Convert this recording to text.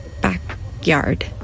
backyard